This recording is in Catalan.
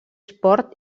esport